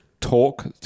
talk